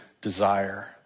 desire